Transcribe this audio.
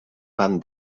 pam